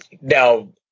Now